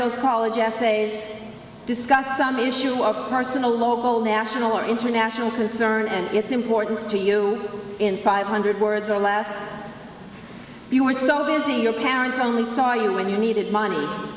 those college essays discuss some issue of personal local national or international concern and its importance to you in five hundred words or less you were so busy your parents only saw you when you needed money